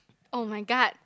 [oh]-my-god